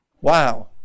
Wow